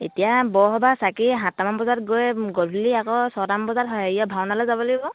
এতিয়া বৰ সভা চাকি সাতটা মান বজাত গৈ গধূলি আকৌ ছয়টামান বজাত হেৰিয়া ভাওনালৈ যাব লাগিব